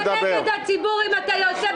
אתה נגד הציבור אם אתה יוצא.